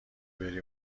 بری